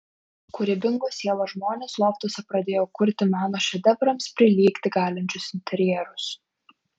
kūrybingos sielos žmonės loftuose pradėjo kurti meno šedevrams prilygti galinčius interjerus